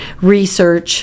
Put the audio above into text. research